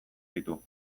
ditu